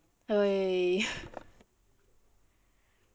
okay